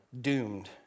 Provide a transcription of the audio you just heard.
doomed